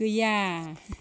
गैया